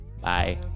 Bye